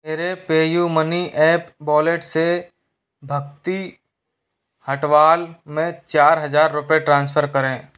मेरे PayU money app wallet से भक्ति हटवाल में चार हज़ार रूपए ट्रांसफ़र करें